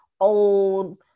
old